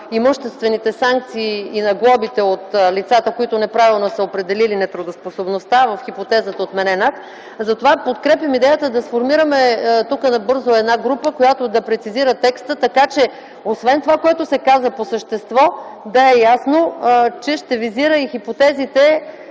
имуществените санкции и глобите от лицата, които неправилно са определили нетрудоспособността в хипотезата отменен акт. Затова подкрепям идеята да сформираме тук набързо една група, която да прецизира текста, така че освен това, което се каза по същество, да е ясно, че ще визира и хипотезите